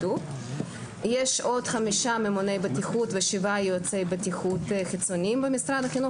יש עוד חמישה ממונה בטיחות ושבעה יועצי בטיחות חיצוניים במשרד החינוך,